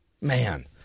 Man